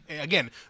Again